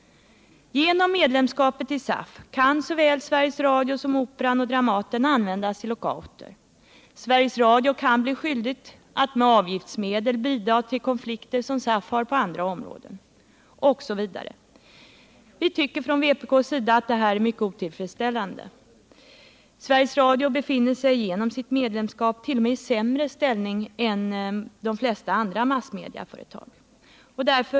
Genom medlemskapet i SAF kan såväl Sveriges Radio som Operan och Dramaten användas i lockouter. Sveriges Radio kan bli skyldigt att med avgiftsmedel bidra till konflikter som SAF har på andra områden, osv. Vi tycker från vpk:s sida att detta är mycket otillfredsställande. Sveriges Radio har genom sitt medlemskap t.o.m. en sämre ställning än de flesta andra massmediaföretag. Herr talman!